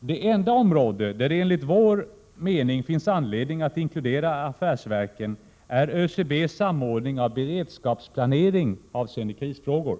Det enda område där det enligt vår mening finns anledning att inkludera affärsverken är ÖCB:s samordning av beredskapsplanering avse ende krisfrågor.